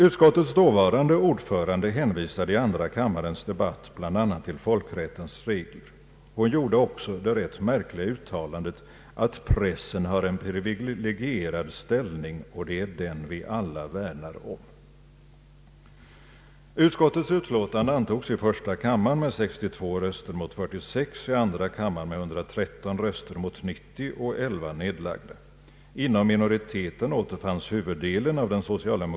Utskottets dåvarande ordförande hänvisade i andra kammarens debatt bl.a. till folkrättens regler och gjorde också det rätt märkliga uttalandet, att ”pressen har en privilegierad ställning, och det är den vi alla värnar om”.